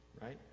right